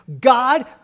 God